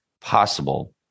possible